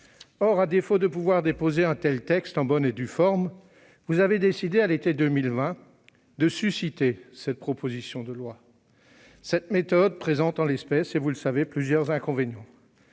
À défaut de pouvoir déposer un tel texte en bonne et due forme, madame la ministre, vous avez décidé à l'été 2020 de susciter cette proposition de loi. Cette méthode présente en l'espèce, comme vous le savez, plusieurs inconvénients.